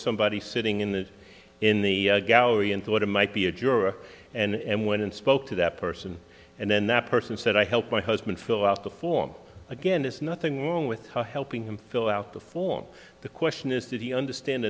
somebody sitting in the in the gallery and thought it might be a juror and went and spoke to that person and then that person said i helped my husband fill out the form again there's nothing wrong with helping him fill out the form the question is did he understand